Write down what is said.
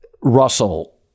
Russell